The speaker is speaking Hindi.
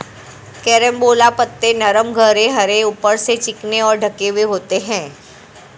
कैरम्बोला पत्ते नरम गहरे हरे ऊपर से चिकने और ढके हुए होते हैं